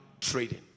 trading